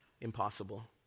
impossible